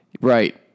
Right